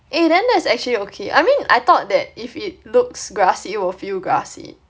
eh then that's actually okay I mean I thought that if it looks grassy will feel grassy